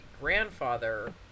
grandfather